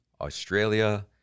Australia